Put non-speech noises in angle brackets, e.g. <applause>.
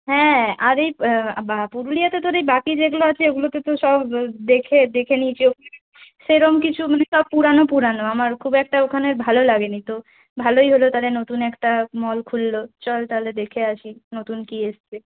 হ্যাঁ আর এই বা পুরুলিয়াতে তোর এই বাকি যেগুলো আছে ওগুলোতে তো সব দেখে দেখে নিয়েছি <unintelligible> সেরকম কিছু মানে সব পুরনো পুরনো আমার খুব একটা ওখানে ভালো লাগেনি তো ভালোই হলো তাহলে নতুন একটা মল খুলল চল তাহলে দেখে আসি নতুন কী এসেছে